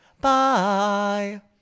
Bye